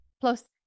Plus